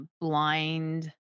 Blind